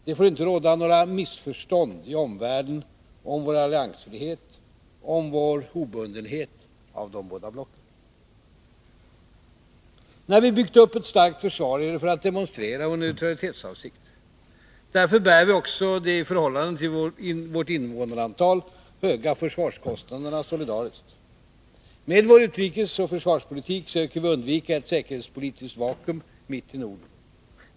Det får inte råda några missförstånd i omvärlden om vår alliansfrihet, om vår obundenhet av de båda blocken. När vi byggt upp ett starkt försvar, är det för att demonstrera vår neutralitetsavsikt. Därför bär vi också de i förhållande till vårt invånarantal höga försvarskostnaderna solidariskt. Med vår utrikesoch försvarspolitik söker vi undvika ett säkerhetspolitiskt vakuum mitt i Norden.